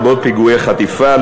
לרבות פיגועי חטיפה,